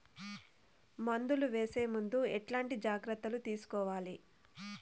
మందులు వేసే ముందు ఎట్లాంటి జాగ్రత్తలు తీసుకోవాలి?